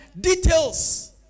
details